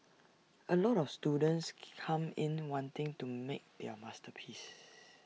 A lot of students come in wanting to make their masterpiece